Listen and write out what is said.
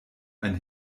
ein